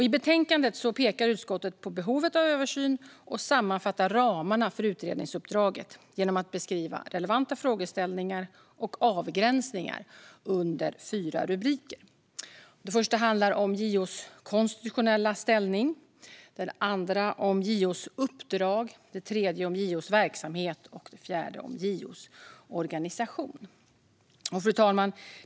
I betänkandet pekar utskottet på behovet av översyn och sammanfattar ramarna för utredningsuppdraget genom att beskriva relevanta frågeställningar och avgränsningar under fyra rubriker: JO:s konstitutionella ställning JO:s uppdrag JO:s verksamhet JO:s organisation. Fru talman!